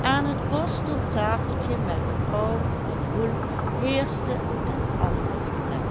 aan het bostontafeltje met mevrouw van hoel heerschte een ander gebrek